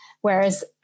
Whereas